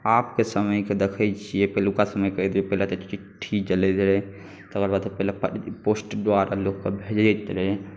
आबके समयकेँ देखै छियै पहिलुका समयकेँ कहै छलै पहिले तऽ चिट्ठी चलैत रहै तकर बाद तऽ पहिले पोस्ट द्वारा लोककेँ भेजैत रहय